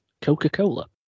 Coca-Cola